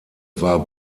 war